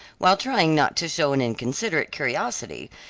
while trying not to show an inconsiderate curiosity,